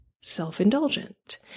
Self-Indulgent